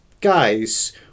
guys